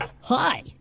hi